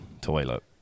toilet